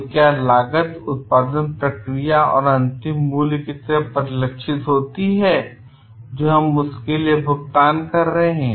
तो क्या लागत उत्पादन प्रक्रिया और अंतिम मूल्य की तरह परिलक्षित होती है जो हम इसके लिए भुगतान कर रहे हैं